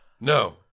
No